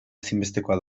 ezinbestekoa